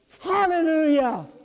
Hallelujah